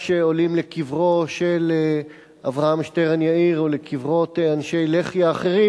כשעולים לקברו של אברהם שטרן יאיר או לקברות אנשי לח"י האחרים.